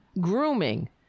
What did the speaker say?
grooming